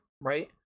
right